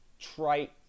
trite